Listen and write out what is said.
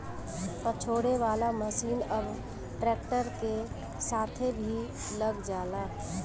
पछोरे वाला मशीन अब ट्रैक्टर के साथे भी लग जाला